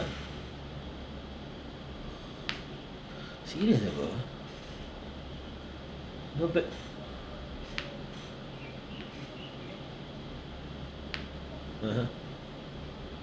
serious ah bro no but (uh huh)